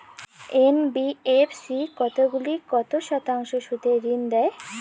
NBFC কতগুলি কত শতাংশ সুদে ঋন দেয়?